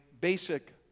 basic